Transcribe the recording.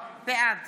בעד